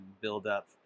buildup